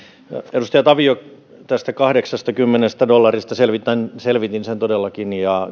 edustaja tavio tästä kahdeksastakymmenestä dollarista selvitin selvitin sen todellakin ja